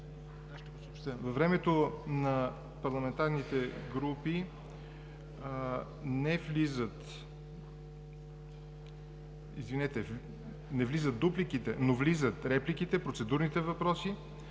Във времето на парламентарните групи не влизат дупликите, но влизат репликите, процедурните въпроси